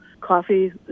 coffee